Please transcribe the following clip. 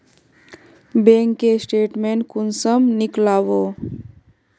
Bank के statement कुंसम नीकलावो?